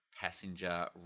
passenger